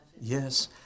Yes